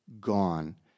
gone